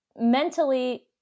mentally